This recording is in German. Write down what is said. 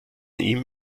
ihm